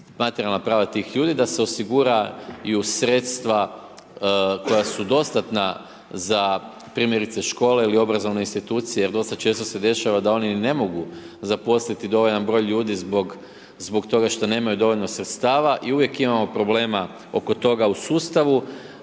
materijalna prava tih ljudi, da se osiguraju sredstva koja su dostatna za primjerice škole ili obrazovne institucije jer dosta često se dešava da oni ne mogu zaposliti dovoljan broj ljudi zbog toga što nemaju dovoljno sredstava i uvijek imamo problema oko toga u sustavu